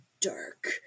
dark